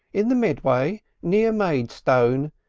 in the medway near maidstone.